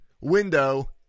window